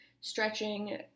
Stretching